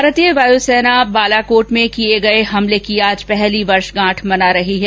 भारतीय वायुसेना बालाकोट में किए गए हमले की आज पहली वर्षगांठ मना रही है